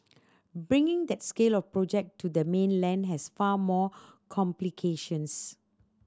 bringing that scale of project to the mainland has far more complications